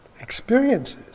experiences